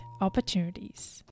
opportunities